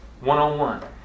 one-on-one